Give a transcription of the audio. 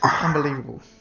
unbelievable